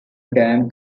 dam